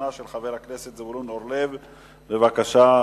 אנחנו ממשיכים